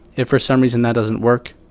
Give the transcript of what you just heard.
if for some reason that doesn't work,